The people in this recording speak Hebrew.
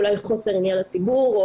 אולי חוסר עניין לציבור,